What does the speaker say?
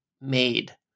made